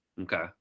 okay